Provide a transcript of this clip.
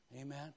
Amen